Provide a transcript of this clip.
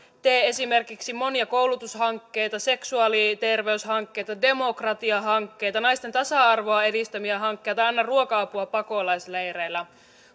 tee esimerkiksi monia koulutushankkeita seksuaaliterveyshankkeita demokratiahankkeita naisten tasa arvoa edistäviä hankkeita tai anna ruoka apua pakolaisleireillä